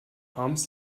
harms